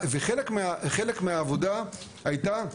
וחלק מהעבודה היה,